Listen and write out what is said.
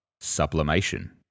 Sublimation